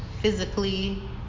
physically